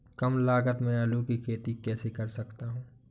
कम लागत में आलू की खेती कैसे कर सकता हूँ?